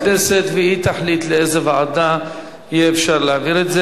לוועדת הכלכלה להמשך, להכנתה